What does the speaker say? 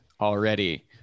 already